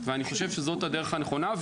זאת הדרך הנכונה.